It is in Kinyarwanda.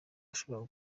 ashobora